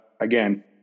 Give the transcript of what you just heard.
again